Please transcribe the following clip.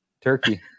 turkey